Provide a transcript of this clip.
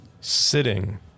sitting